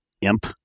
imp